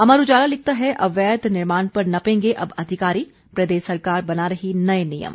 अमर उजाला लिखता है अवैध निर्माण पर नपेंगे अब अधिकारी प्रदेश सरकार बना रही नए नियम